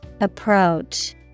Approach